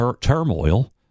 turmoil